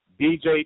DJ